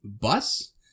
bus